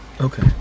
Okay